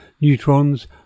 neutrons